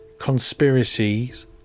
conspiracies